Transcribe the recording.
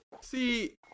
See